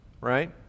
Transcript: right